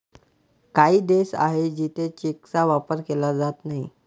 काही देश आहे जिथे चेकचा वापर केला जात नाही